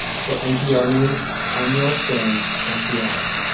for npr news, i'm will stone in seattle